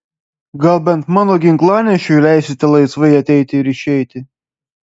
gal bent mano ginklanešiui leisite laisvai ateiti ir išeiti